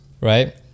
right